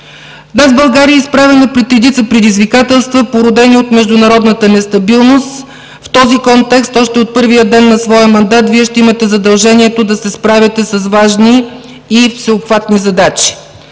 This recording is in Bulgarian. Днес България е изправена пред редица предизвикателства, породени от международната нестабилност. В този контекст още от първия ден на своя мандат Вие ще имате задължението да се справяте с важни и всеобхватни задачи.